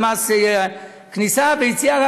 ומס כניסה ויציאה,